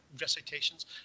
recitations